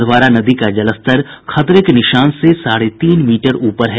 अधवारा नदी का जलस्तर खतरे के निशान से साढ़े तीन मीटर ऊपर है